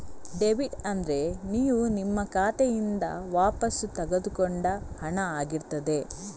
debit ಅಂದ್ರೆ ನೀವು ನಿಮ್ಮ ಖಾತೆಯಿಂದ ವಾಪಸ್ಸು ತಗೊಂಡ ಹಣ ಆಗಿರ್ತದೆ